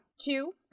Two